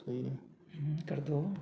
ਸਹੀ ਹੈ ਹੁੰ ਕਰ ਦਿਓ